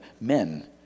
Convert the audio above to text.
men